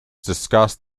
discussed